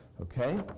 Okay